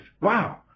wow